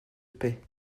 paix